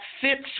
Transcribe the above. fits